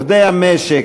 עובדי המשק,